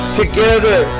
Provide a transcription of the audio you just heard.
together